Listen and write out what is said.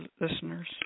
listeners